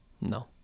No